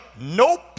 Nope